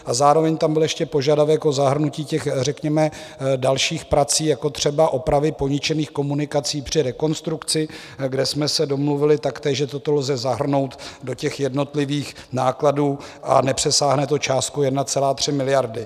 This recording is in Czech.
A zároveň tam byl ještě požadavek o zahrnutí těch řekněme dalších prací, jako třeba opravy poničených komunikací při rekonstrukci, kde jsme se domluvili taktéž, že toto lze zahrnout do jednotlivých nákladů a nepřesáhne to částku 1,3 miliardy.